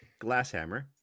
Glasshammer